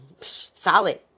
solid